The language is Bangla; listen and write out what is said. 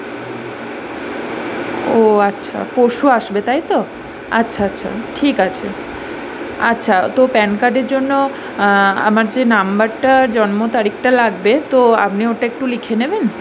ও আচ্ছা পরশু আসবে তাই তো আচ্ছা আচ্ছা ঠিক আছে আচ্ছা তো প্যান কার্ডের জন্য আমার যে নাম্বারটা জন্ম তারিখটা লাগবে তো আপনি ওটা একটু লিখে নেবেন